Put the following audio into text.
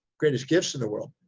greatest gifts in the world.